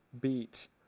beat